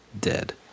Dead